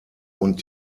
und